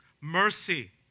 mercy